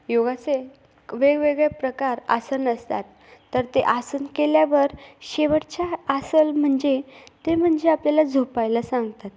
योगाचे वेगवेगळे प्रकार आसन असतात तर ते आसन केल्यावर शेवटचे आसन म्हणजे ते म्हणजे आपल्याला झोपायला सांगतात